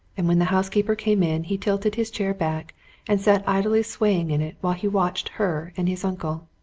and when the housekeeper came in he tilted his chair back and sat idly swaying in it while he watched her and his uncle.